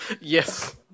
Yes